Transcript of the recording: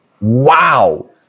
wow